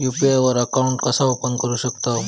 UPI वर account कसा open करू शकतव?